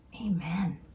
amen